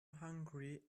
hungry